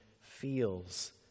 feels